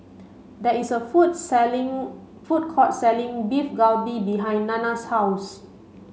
there is a food selling food court selling Beef Galbi behind Nanna's house